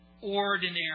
ordinary